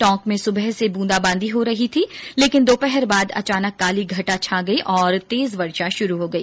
टोंक में सुबह से ब्रंदा बांदी हो रही थी लेकिन दोपहर बाद अचानक काली घटा छा गई और तेज वर्षा शुरू हो गई